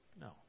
No